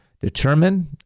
determine